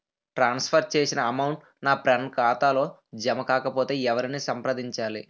ట్రాన్స్ for చేసిన amount నా friend ఖాతాలో జమ కాకపొతే ఎవరిని సంప్రదించాలి?